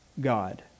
God